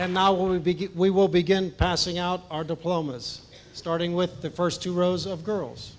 and now we begin we will begin passing out our diplomas starting with the first two rows of girls